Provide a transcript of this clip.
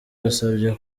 basabye